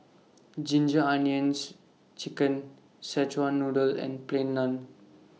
Ginger Onions Chicken Szechuan Noodle and Plain Naan